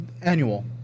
annual